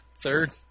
third